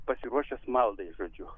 pasiruošęs maldai žodžiu